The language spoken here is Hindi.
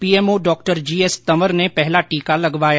पीएमओ डॉ जीएस तंवर ने पहला टीका लगवाया